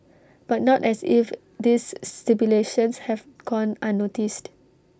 but not as if this stipulations have gone unnoticed